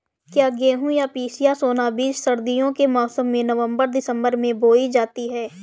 क्या गेहूँ या पिसिया सोना बीज सर्दियों के मौसम में नवम्बर दिसम्बर में बोई जाती है?